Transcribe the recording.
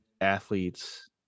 athletes